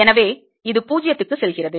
எனவே இது 0 க்கு செல்கிறது